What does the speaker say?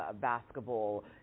basketball